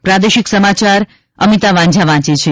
પ્રાદેશિક સમાચાર અમિતા વાંઝા વાંચે છે